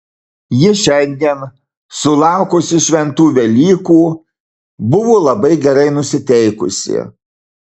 ji šiandien sulaukusi šventų velykų buvo labai gerai nusiteikusi